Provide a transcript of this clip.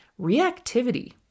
reactivity